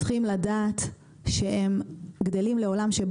לעולם בו הטכנולוגיה היא אינה טרנד.